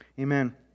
Amen